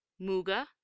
Muga